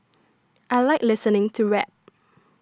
I like listening to rap